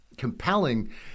compelling